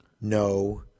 no